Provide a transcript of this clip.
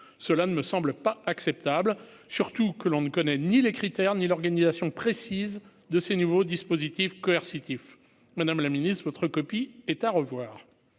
cela ne me semble pas acceptable, surtout que l'on ne connaît ni les critères, ni l'organisation précise de ce nouveau dispositif coercitif, Madame la Ministre votre copie est à revoir,